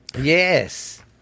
yes